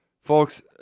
Folks